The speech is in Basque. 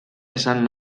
esan